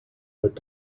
mit